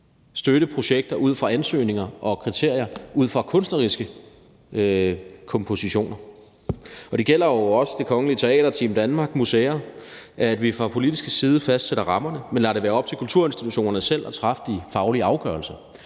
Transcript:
støtte projekter ud fra ansøgninger og kriterier ud fra kunstneriske kompositioner. Det gælder jo også Det Kongelige Teater, Team Danmark og museer, at vi fra politisk side fastsætter rammerne, men lader det være op til kulturinstitutionerne selv at træffe de faglige afgørelser.